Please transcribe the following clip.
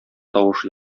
тавышы